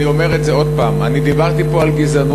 אני אומר את זה עוד פעם: דיברתי פה על גזענות,